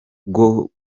bwo